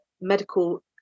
medical